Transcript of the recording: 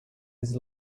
his